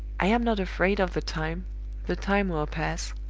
i am not afraid of the time the time will pass.